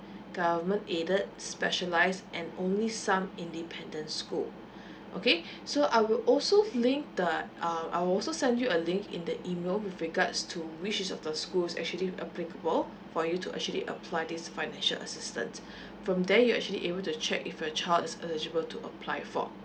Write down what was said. government aided specialised and only some independent school okay so I will also filling the uh I will also send you a link in the email with regards to which is of the school is actually applicable for you to actually apply this financial assistance from there you actually able to check if your child is eligible to apply for